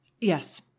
Yes